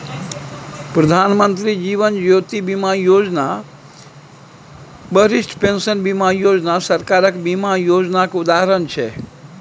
प्रधानमंत्री जीबन ज्योती बीमा योजना, बरिष्ठ पेंशन बीमा योजना सरकारक बीमा योजनाक उदाहरण छै